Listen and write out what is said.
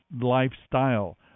lifestyle